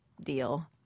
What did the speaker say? deal